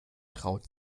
traut